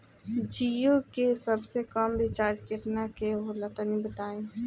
जीओ के सबसे कम रिचार्ज केतना के होला तनि बताई?